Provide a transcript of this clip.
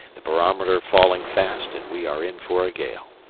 the barometer falling fast and we are in for a gale.